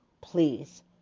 please